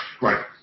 Right